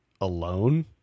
alone